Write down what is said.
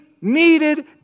needed